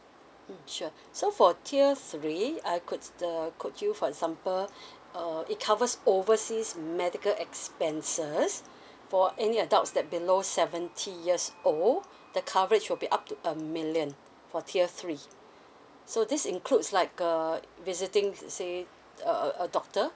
mm sure so for tier three I could the uh quote you for example uh it covers overseas medical expenses for any adults that below seventy years old the coverage will be up to a million for tier three so this includes like uh visiting to say a a doctor